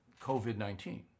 COVID-19